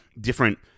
different